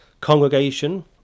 Congregation